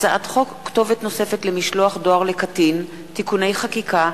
הצעת חוק כתובת נוספת למשלוח דואר לקטין (תיקוני חקיקה),